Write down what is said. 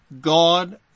God